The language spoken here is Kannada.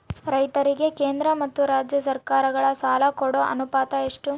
ರೈತರಿಗೆ ಕೇಂದ್ರ ಮತ್ತು ರಾಜ್ಯ ಸರಕಾರಗಳ ಸಾಲ ಕೊಡೋ ಅನುಪಾತ ಎಷ್ಟು?